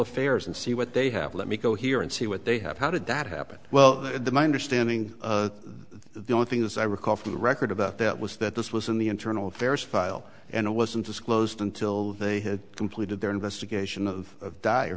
affairs and see what they have let me go here and see what they have how did that happen well my understanding there one thing as i recall from the record about that was that this was in the internal affairs file and it wasn't disclosed until they had completed their investigation of